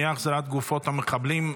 אי-החזרת גופות מחבלים),